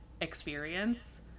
experience